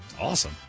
Awesome